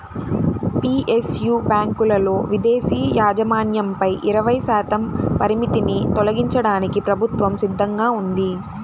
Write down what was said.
PSU బ్యాంకులలో విదేశీ యాజమాన్యంపై ఇరవై శాతం పరిమితిని తొలగించడానికి ప్రభుత్వం సిద్ధంగా ఉంది